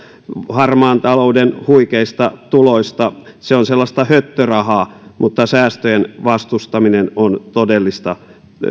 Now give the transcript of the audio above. harmaan talouden huikeista tuloista se on sellaista höttörahaa mutta säästöjen vastustaminen on todellista